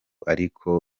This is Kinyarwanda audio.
ariko